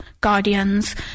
guardians